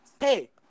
hey